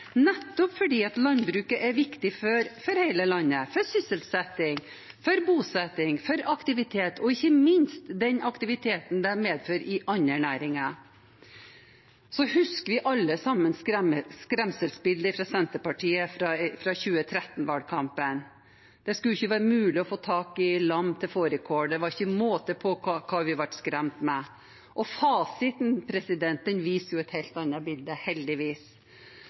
nettopp fordi landbruket er viktig for hele landet, for sysselsetting, for bosetting, for aktivitet og ikke minst den aktiviteten det medfører i andre næringer. Vi husker alle sammen skremselsbildet fra Senterpartiet fra 2013-valgkampen. Det skulle ikke være mulig å få tak i lam til fårikål, det var ikke måte på hva vi ble skremt med. Fasiten viser et helt annet bilde, heldigvis.